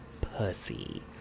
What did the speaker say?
Pussy